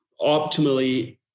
optimally